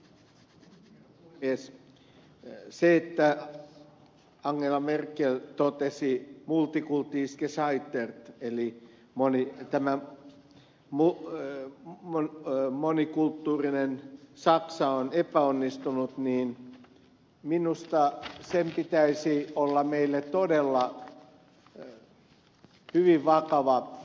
sen että angela merkel totesi multikulti ist gescheitert eli tämä monikulttuurinen saksa on epäonnistunut pitäisi minusta olla meille todella hyvin vakava huomio